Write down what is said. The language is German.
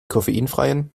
koffeinfreien